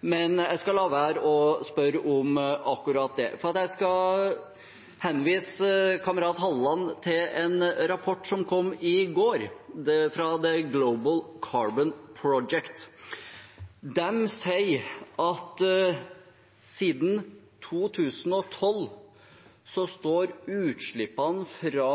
Men jeg skal la være å spørre om akkurat det. For jeg skal henvise kamerat Halleland til en rapport som kom fra Global Carbon Project i går. De sier at siden 2012 står utslippene fra